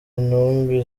intumbi